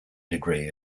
degree